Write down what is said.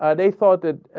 and they thought that ah.